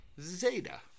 Zeta